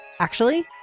actually,